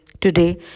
today